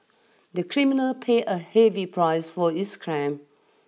the criminal paid a heavy price for his crime